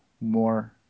more